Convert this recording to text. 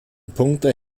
punkte